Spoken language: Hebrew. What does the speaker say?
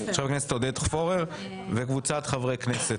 של חבר הכנסת עודד פורר וקבוצת חברי כנסת.